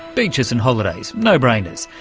beaches and holidays no brainers.